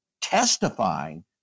testifying